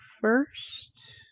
first